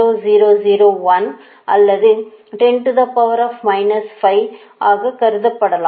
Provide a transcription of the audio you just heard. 0001 அல்லது 10 to the power minus 5 ஆக கருதப்படலாம்